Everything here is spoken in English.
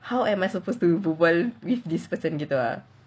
how am I supposed to berbual with this person gitu ah